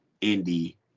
Indy